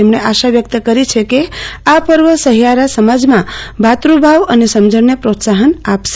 તેમણે આશા વ્યકત કરી છે કે આ પર્વ સહિયારા સમાજમાં ભાતૃભાવ અને સમજણને પ્રોત્સાહન આપશે